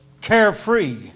carefree